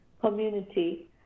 community